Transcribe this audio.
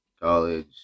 college